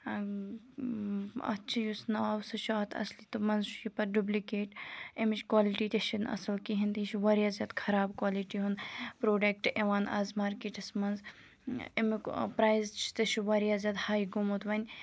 اَتھ چھِ یُس ناو سُہ چھِ اَتھ اَصٕلی تہٕ منٛز چھِ یہِ پَتہٕ ڈُبلِکیٹ امِچ کالٹی تہِ چھَنہٕ اَصٕل کِہیٖنۍ تہِ یہِ چھِ واریاہ زیادٕ خراب کالِٹی ہُںٛد پرٛوڈَکٹ یِوان آز مارکیٹَس مںٛز امیُک پرٛایِز سُہ تہِ چھِ واریاہ زیادٕ ہاے گوٚمُت وۄنۍ